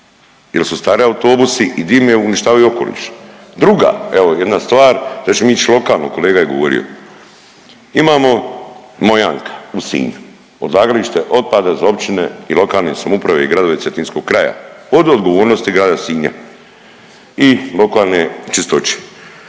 jer su stari autobusi i dime uništavaju okoliš. Druga evo jedna stvar, sad ćemo mi ići lokalno kolega je govorio. Imamo Mojanka u Sinju, odlagalište otpada za općine i lokalne samouprave i gradove cetinskog kraja od odgovornosti Grada Sinja i lokalne Čistoće.